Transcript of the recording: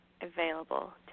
available